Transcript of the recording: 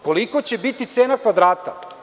Kolika će biti cena kvadrata?